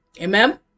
Amen